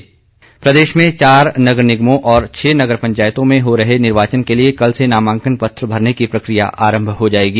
नगर निगम चुनाव प्रदेश में चार नगर निगमों और छह नगर पंचायतों में हो रहे निर्वाचन के लिए कल से नामांकन पत्र भरने की प्रक्रिया आरम्म हो जाएगी